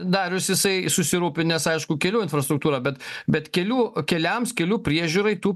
darius jisai susirūpinęs aišku kelių infrastruktūra bet bet kelių keliams kelių priežiūrai tų